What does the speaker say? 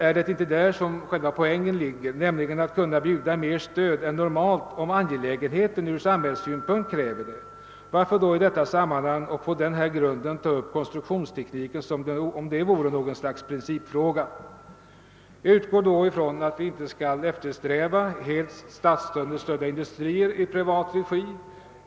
Är det inte där själva poängen ligger, nämligen att man skall kunna bjuda mer stöd än normalt om angelägenheten ur samhällssynpunkt kräver det? Varför då i detta sammanhang och på denna grund ta upp konstruktionstekniken som om den vore något slags principfråga? Jag utgår från att vi inte skall eftersträva helt statsstödda industrier i privat regi.